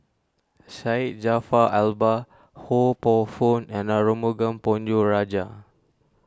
Syed Jaafar Albar Ho Poh Fun and Arumugam Ponnu Rajah